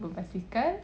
berbasikal